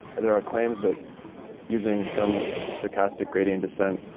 there are claims that using some stochastic gradient descent,